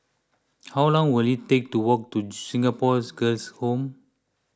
how long will it take to walk to Singapore Girls' Home